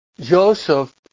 Joseph